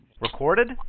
Recorded